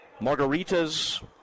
margaritas